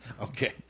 Okay